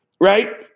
right